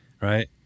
Right